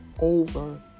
over